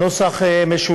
(תיקון מס' 169),